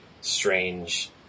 strange